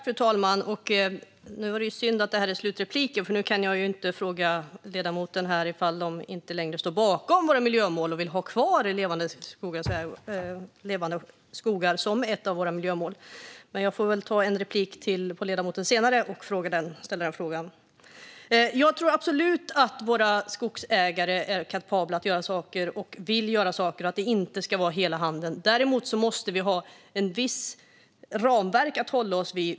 Fru talman! Det är synd att detta är slutrepliken, för nu kan jag inte fråga ledamoten om hans parti inte längre står bakom våra miljömål och inte vill ha kvar Levande skogar som ett av våra miljömål. Jag får väl ta replik på ledamoten senare och ställa den frågan. Jag tror absolut att våra skogsägare är kapabla att göra saker och vill göra saker. Det ska inte vara hela handen. Däremot måste vi ha ett visst ramverk att hålla oss till.